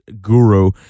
guru